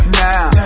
now